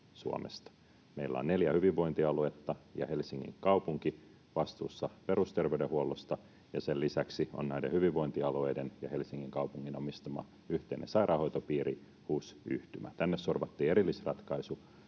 Meillä neljä hyvinvointialuetta ja Helsingin kaupunki ovat vastuussa perusterveydenhuollosta, ja sen lisäksi on näiden hyvinvointialueiden ja Helsingin kaupungin omistama yhteinen sairaanhoitopiiri, HUS-yhtymä. Tänne sorvattiin erillisratkaisu